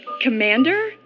Commander